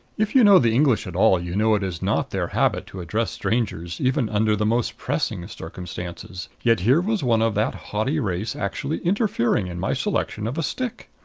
if you know the english at all, you know it is not their habit to address strangers, even under the most pressing circumstances. yet here was one of that haughty race actually interfering in my selection of a stick.